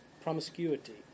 promiscuity